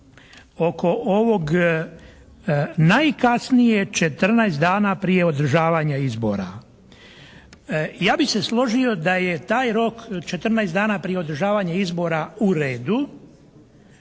oko ovog najkasnije 14 dana prije održavanja izbora. Ja bih se složio da je taj rok 14 dana prije održavanja izbora u redu,